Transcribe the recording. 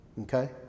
Okay